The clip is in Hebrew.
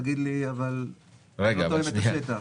תגיד לי: אבל זה לא תואם את השטח.